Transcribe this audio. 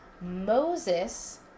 Moses